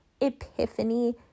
epiphany